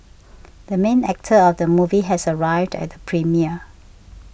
the main actor of the movie has arrived at the premiere